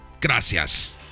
Gracias